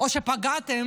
או שפגעתם